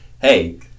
hey